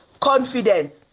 confidence